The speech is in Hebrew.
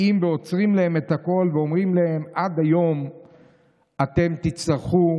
באים ועוצרים להם את הכול ואומרים להם: אתם תצטרכו